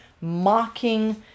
mocking